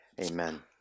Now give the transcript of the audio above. amen